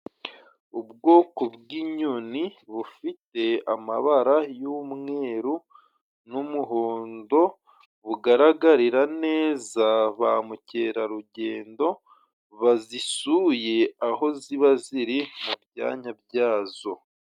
Ubwoko bw'inyoni bufite amabara y'umweru n'umuhondo bugaragarira neza ba mukerarugendo bazisuye ,aho ziba ziri mu byanya byazo.